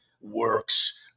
works